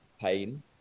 pain